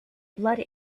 blood